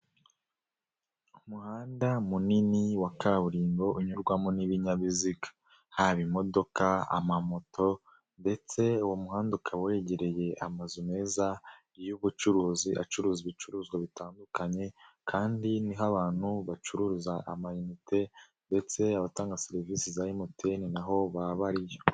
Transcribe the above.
Umuhanda munini wa kaburimbo unyurwamo n'ibinyabiziga. Haba imodoka, amamoto, ndetse uwo muhanda ukaba wegereye amazu meza, y'ubucuruzi acuruza ibicuruzwa bitandukanye, kandi niho abantu bacururiza amayinite, ndetse abatanga serivisi za MTN naho baba bariyo.